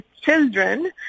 children